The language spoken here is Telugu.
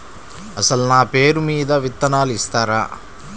అసలు నా పేరు మీద విత్తనాలు ఇస్తారా?